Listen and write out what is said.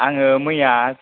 आङो मैया